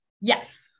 yes